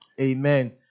Amen